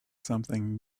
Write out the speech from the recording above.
something